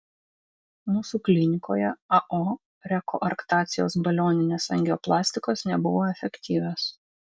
mūsų klinikoje ao rekoarktacijos balioninės angioplastikos nebuvo efektyvios